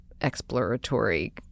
Exploratory